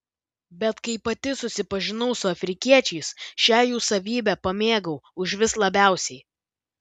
bet kai pati susipažinau su afrikiečiais šią jų savybę pamėgau užvis labiausiai